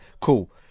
cool